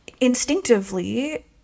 instinctively